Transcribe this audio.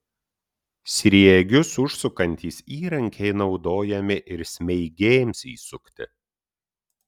sriegius užsukantys įrankiai naudojami ir smeigėms įsukti